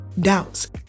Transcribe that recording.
doubts